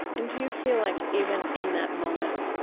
and do you feel like, even in that moment,